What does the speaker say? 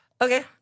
Okay